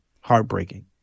heartbreaking